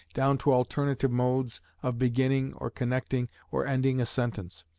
down to alternative modes of beginning or connecting or ending a sentence.